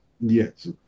yes